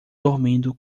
dormindo